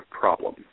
problem